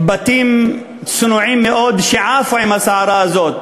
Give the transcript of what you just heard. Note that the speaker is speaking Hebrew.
ובתים צנועים מאוד שעפו עם הסערה הזאת.